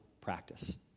practice